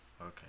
Okay